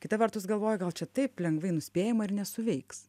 kita vertus galvoji gal čia taip lengvai nuspėjama ir nesuveiks